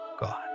God